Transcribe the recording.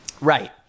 Right